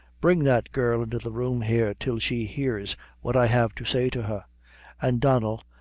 bring that girl into the room here till she hears what i have to say to her and, donnel,